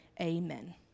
amen